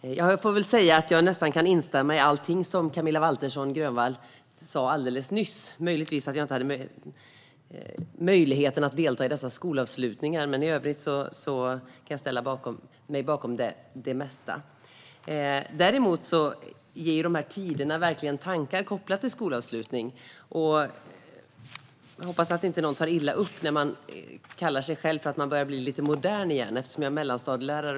Jag får väl säga att jag kan instämma i nästan allting som Camilla Waltersson Grönvall sa alldeles nyss, möjligtvis med undantag för att jag inte hade möjlighet att delta i skolavslutningarna. Men i övrigt kan jag ställa mig bakom det mesta. Däremot ger dessa tider verkligen tankar som är kopplade till skolavslutning. Jag hoppas att inte någon tar illa upp när man säger att man själv börjar bli lite modern igen. Jag är mellanstadielärare.